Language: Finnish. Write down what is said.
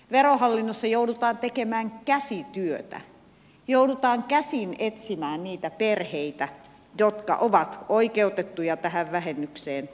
verohallinnossa joudutaan tekemään käsityötä joudutaan käsin etsimään niitä perheitä jotka ovat oikeutettuja tähän vähennykseen